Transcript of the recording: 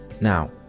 now